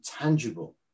tangible